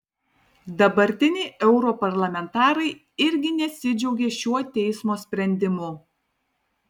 dabartiniai europarlamentarai irgi nesidžiaugė šiuo teismo sprendimu